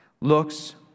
looks